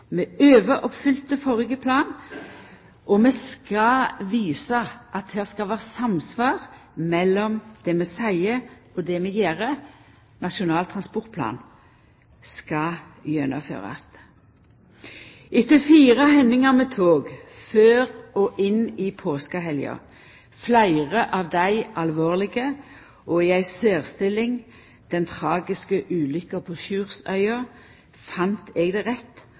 overoppfylte den førre planen, og vi skal visa at det skal vera samsvar mellom det vi seier, og det vi gjer. Nasjonal transportplan skal gjennomførast. Etter fire hendingar med tog før og inn i påskehelga – fleire av dei alvorlege, og i ei særstilling den tragiske ulukka på Sjursøya – fann eg det rett